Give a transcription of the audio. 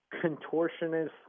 contortionist